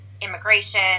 immigration